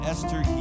Esther